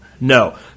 no